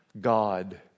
God